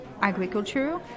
agriculture